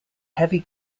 heavy